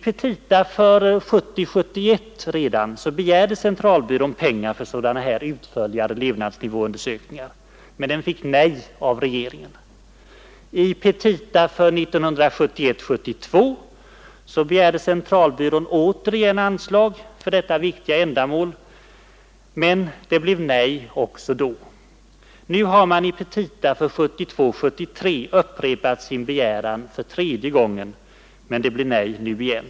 Redan i petita för 1970 72 begärde centralbyrån återigen anslag för detta viktiga ändamål, men det blev nej också då. Nu har man i petita för 1972/73 upprepat sin begäran för tredje gången, men det blir nej nu igen.